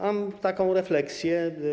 Mam taką refleksję.